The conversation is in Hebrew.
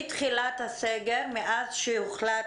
מתחילת הסגר, מאז שהוחלט